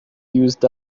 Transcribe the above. used